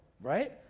right